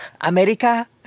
America